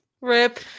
Rip